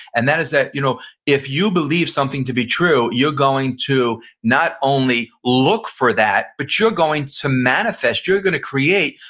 and that is that you know if you believe something to be true you're going to not only look for that but you're going to manifest, you're going to create,